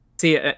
see